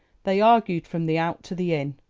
they argued from the out to the in,